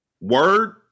Word